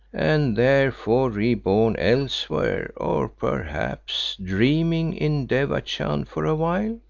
and therefore re-born elsewhere or perhaps, dreaming in devachan for a while.